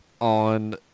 on